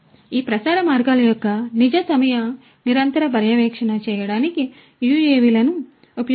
కాబట్టి ఈ ప్రసార మార్గాల యొక్క నిజ సమయ నిరంతర పర్యవేక్షణ చేయడానికి UAV లను ఉపయోగించవచ్చు